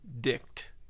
DICT